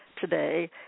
today